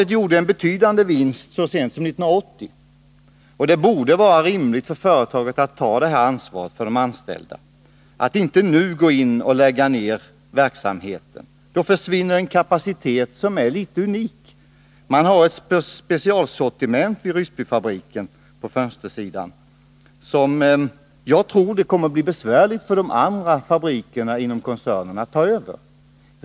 Etri gjorde en betydande vinst så sent som 1980, och företaget borde rimligen ta det ansvar för de anställda som det innebär att inte nu lägga ner verksamheten. Om företaget läggs ned, försvinner en kapacitet som är näst intill unik. Ryssbyfabriken har ett specialsortiment av fönster som jag tror det kommer att bli besvärligt för de andra fabrikerna inom koncernen att ta över.